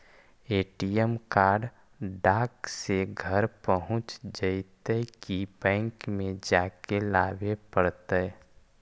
ATM card डाक से घरे पहुँच जईतै कि बैंक में जाके लाबे पड़तै?